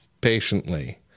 patiently